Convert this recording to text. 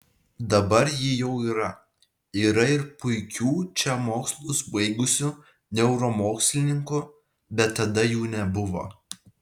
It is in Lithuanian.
dabar ji jau yra yra ir puikių čia mokslus baigusių neuromokslininkų bet tada jų nebuvo